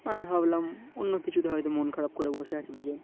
আর ভাবলাম অন্য কিছুতে হয়তো মন খারাপ করে বসে আছে দুজন